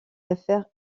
affaires